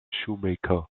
shoemaker